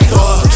Fuck